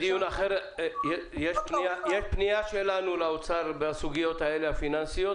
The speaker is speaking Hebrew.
יש פנייה שלנו באוצר בסוגיות הפיננסיות האלה,